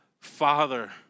Father